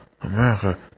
America